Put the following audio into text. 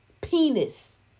penis